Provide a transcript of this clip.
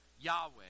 Yahweh